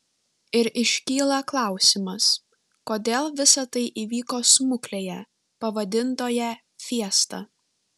ir iškyla klausimas kodėl visa tai įvyko smuklėje pavadintoje fiesta